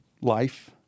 life